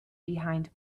behind